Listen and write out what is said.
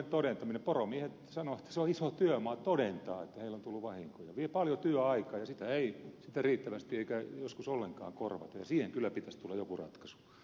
poromiehet sanovat että se on iso työmaa todentaa että heille on tullut vahinkoja se vie paljon työaikaa ja sitä ei riittävästi ja joskus ei ollenkaan korvata ja siihen kyllä pitäisi tulla joku ratkaisu